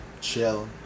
chill